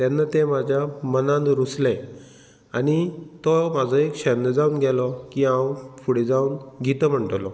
तेन्ना तें म्हाज्या मनान रुसलें आनी तो म्हाजो एक शन्न जावन गेलो की हांव फुडें जावन गीत म्हणटलों